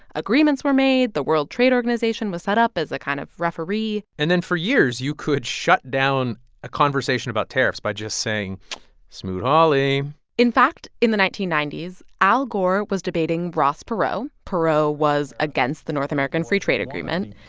agreements were made. the world trade organization was set up as a kind of referee and then for years, you could shut down a conversation about tariffs by just saying smoot-hawley in fact, in the nineteen ninety s, al gore was debating ross perot. perot was against the north american free trade agreement.